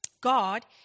God